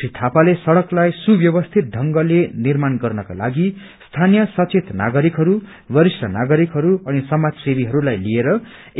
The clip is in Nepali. श्री थापालेय सड़कलाई सुव्यवस्थित ढंगले निर्माण गर्नकालागि स्थानीय सचेत नागरिकहरू वरिष्ठ नागरिकहरू अनि समाज सेवीहस्लाई लिएर